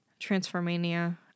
Transformania